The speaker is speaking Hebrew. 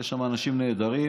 יש שם אנשים נהדרים.